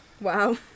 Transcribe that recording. Wow